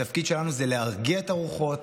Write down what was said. התפקיד שלנו זה להרגיע את הרוחות,